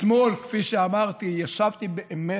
אתמול, כפי שאמרתי, ישבתי באמת.